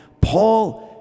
Paul